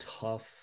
tough